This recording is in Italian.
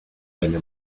venne